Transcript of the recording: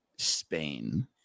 spain